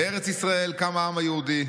"בארץ ישראל קם העם היהודי,